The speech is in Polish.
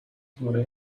góry